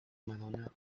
madonna